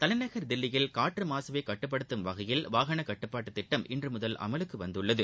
தலைநகர் தில்லியில் காற்று மாகவை கட்டுப்படுத்தும் வகையில் வாகன கட்டுப்பாட்டுத் திட்டம் இன்று முதல் அமலுக்கு வந்துள்ளது